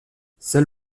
seul